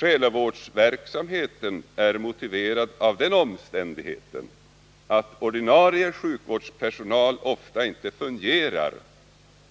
Själavårdsverksamheten är motiverad av den omständigheten att ordinarie sjukvårdspersonal ofta inte fungerar